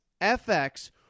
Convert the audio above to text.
FX